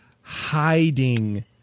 hiding